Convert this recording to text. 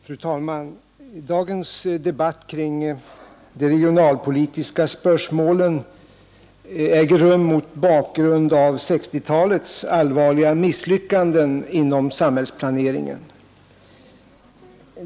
Fru talman! Dagens debatt kring de regionalpolitiska spörsmålen äger rum mot bakgrund av 1960-talets allvarliga misslyckanden inom samhällsplaneringen.